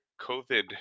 COVID